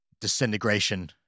disintegration